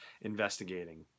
investigating